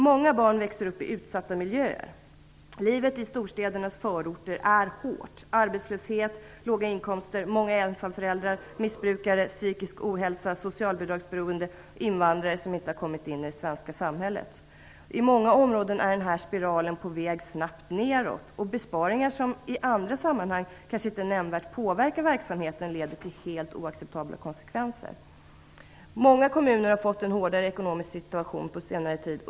Många barn växer upp i utsatta miljöer. Livet i storstädernas förorter är hårt. Arbetslöshet, låga inkomster, många ensamföräldrar, missbrukare, psykisk ohälsa, socialbidragsberoende och invandrare som inte har kommit in i det svenska samhället. I många områden är den här spiralen snabbt på väg nedåt. Besparingar som i andra sammanhang kanske inte nämnvärt påverkar verksamheten leder till helt oacceptabla konsekvenser. Många kommuner har fått en hårdare ekonomisk situation på senare tid.